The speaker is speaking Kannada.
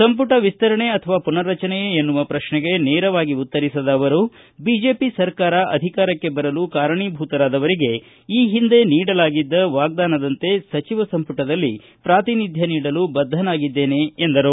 ಸಂಪುಟ ವಿಸ್ತರಣೆ ಅಥವಾ ಪುನರ್ರಚನೆಯೇ ಎನ್ನುವ ಪ್ರಶ್ನೆಗೆ ನೇರವಾಗಿ ಉತ್ತರಿಸದ ಅವರು ಬಿಜೆಪಿ ಸರ್ಕಾರ ಅಧಿಕಾರಕ್ಕೆ ಬರಲು ಕಾರಣೀಭೂತರಾದವರಿಗೆ ಈ ಹಿಂದೆ ನೀಡಲಾಗಿದ್ದ ವಾಗ್ದಾನದಂತೆ ಸಚಿವ ಸಂಪುಟದಲ್ಲಿ ಪ್ರಾತಿನಿಧ್ಯ ನೀಡಲು ಬದ್ದನಾಗಿದ್ದೇನೆ ಎಂದರು